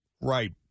Right